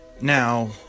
now